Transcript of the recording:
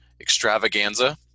extravaganza